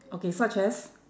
okay such as